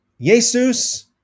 Jesus